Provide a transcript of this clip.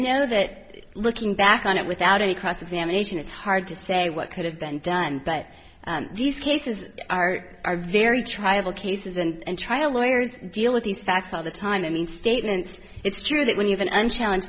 know that looking back on it without any cross examination it's hard to say what could have been done but these cases are are very tribal cases and trial lawyers deal with these facts all the time i mean statements it's true that when you've been on challenge